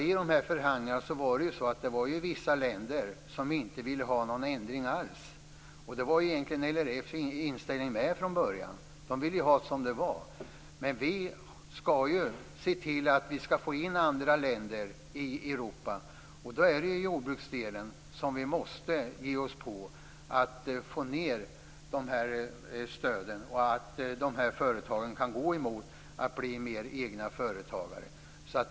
I förhandlingarna var det vissa länder som inte ville ha någon ändring alls. Det var egentligen LRF:s inställning också från början. De ville ju ha det som det var. Men vi skall ju se till att vi får in andra länder i Europeiska unionen, och då är det jordbruksdelen som vi måste ge oss på för att få ned stöden så att de här företagen kan gå mot att bli mer egna företagare.